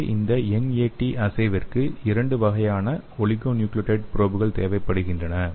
இங்கே இந்த NAT அஸ்ஸேவிற்கு இரண்டு வகையான ஒலிகோணுக்ளியோடைடு ப்ரோப்கள் தேவைப்படுகின்றன